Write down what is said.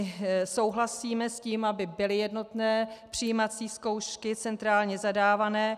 My souhlasíme s tím, aby byly jednotné přijímací zkoušky, centrálně zadávané.